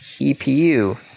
EPU